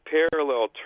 parallel